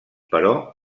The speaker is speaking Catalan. però